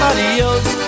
Adios